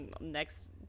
Next